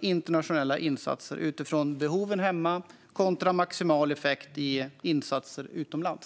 internationella militära insatser utifrån behoven hemma kontra maximal effekt i insatser utomlands.